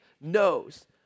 knows